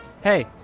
Hey